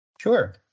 Sure